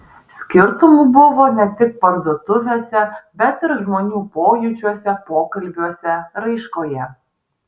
skirtumų buvo ne tik parduotuvėse bet ir žmonių pojūčiuose pokalbiuose raiškoje